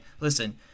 listen